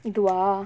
இதுவா:ithuvaa